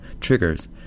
triggers